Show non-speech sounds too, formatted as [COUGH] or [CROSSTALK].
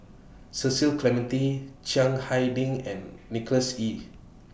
Cecil Clementi Chiang Hai Ding and [NOISE] Nicholas Ee